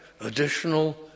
additional